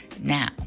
Now